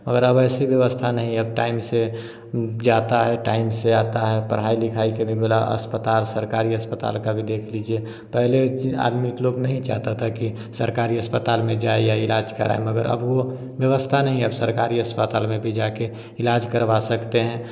पर अब ऐसी व्यवस्था नहीं हैं अब टाइम से जाता हैं टाइम से आता हैं पढ़ाई लिखाई के विबुला अस्पताल सरकारी अस्पताल का भी देख लीजिए पहले ची आदमी के लोग नहीं चाहता था कि सरकारी अस्पताल मे जाएं या इलाज कराए मगर अब वो व्यवस्था नहीं हैं अब सरकारी अस्पताल में भी जा के इलाज करवा सकतें हैं